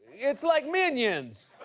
it's like minions.